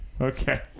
Okay